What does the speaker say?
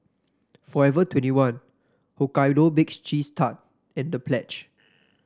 Forever Twenty One Hokkaido Baked Cheese Tart and Pledge